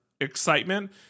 excitement